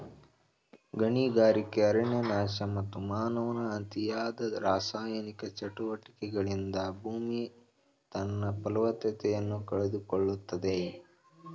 ಗಣಿಗಾರಿಕೆ, ಅರಣ್ಯನಾಶ, ಮತ್ತು ಮಾನವನ ಅತಿಯಾದ ರಾಸಾಯನಿಕ ಚಟುವಟಿಕೆಗಳಿಂದ ಭೂಮಿ ತನ್ನ ಫಲವತ್ತತೆಯನ್ನು ಕಳೆದುಕೊಳ್ಳುತ್ತಿದೆ